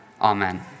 Amen